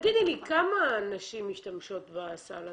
כמה נשים משתמשות בסל הזה?